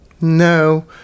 No